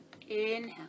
Inhale